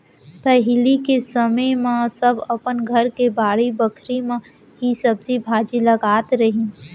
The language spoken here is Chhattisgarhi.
पहिली के समे म सब अपन घर के बाड़ी बखरी म ही सब्जी भाजी लगात रहिन